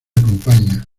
acompaña